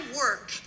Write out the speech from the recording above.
work